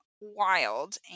wild